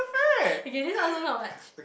okay this one also not much